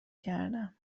کردم